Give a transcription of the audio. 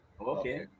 Okay